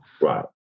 Right